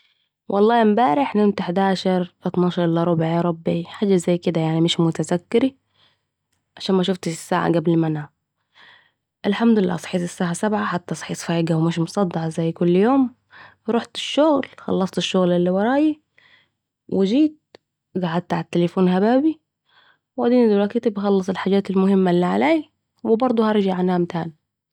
والله امبارح نمت حداشر اطناشر إلا ربع ياربي حاجه زي كده يعني مش متذكره علشان مشفتش الساعه قبل ما نام صحيت الحمدلله الساعه سبعه صحيت فايقه حتي و مش مصدعه ، رحت الشغل جيت اتغديت مسكت التليفون هبابه و اديني دلوكيتي بخلص الحجات الي فاضله علي و هرحع انام تاني